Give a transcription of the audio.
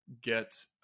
get